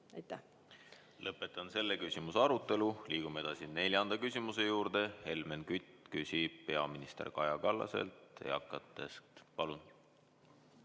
Lõpetan selle küsimuse arutelu. Liigume edasi neljanda küsimuse juurde. Helmen Kütt küsib peaminister Kaja Kallaselt